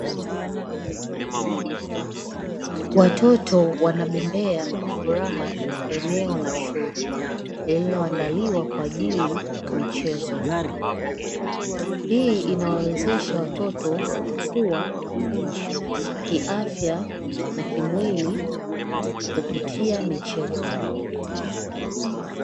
Watoto wanabembea kwa furaha katika eneo la shule; lililoandaliwa kwa ajili ya michezo. Hii inawawezesha watoto kukua kiafya na kimwili kupitia michezo.